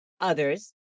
others